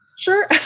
Sure